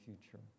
future